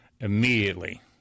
immediately